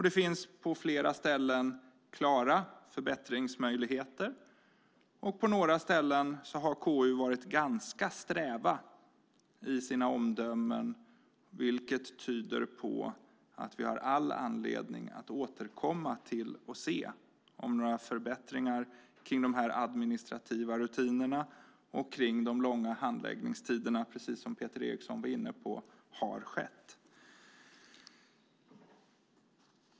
Det finns på flera ställen klara förbättringsmöjligheter, och på några ställen har KU varit ganska strävt i sina omdömen, vilket tyder på att vi har all anledning att återkomma för att se om några förbättringar kring dessa administrativa rutiner och kring de långa handläggningstiderna, precis som Peter Eriksson var inne på, har skett.